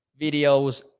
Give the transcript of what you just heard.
videos